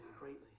greatly